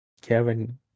Kevin